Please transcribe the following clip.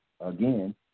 again